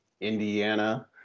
indiana